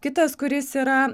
kitas kuris yra